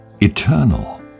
eternal